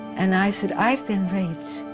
and i said, i've been raped,